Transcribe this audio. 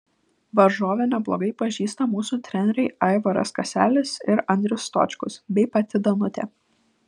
varžovę neblogai pažįsta mūsų treneriai aivaras kaselis ir andrius stočkus bei pati danutė